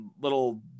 little